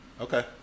okay